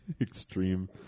extreme